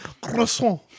Croissant